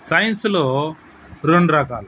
సైన్స్లో రెండు రకాలు